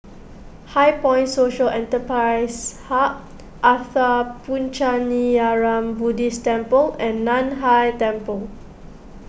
HighPoint Social Enterprise Hub Sattha Puchaniyaram Buddhist Temple and Nan Hai Temple